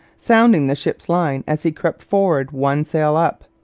sounding the ship's line as he crept forward one sail up,